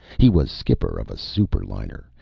he was skipper of a superliner,